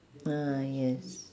ah yes